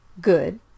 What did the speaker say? good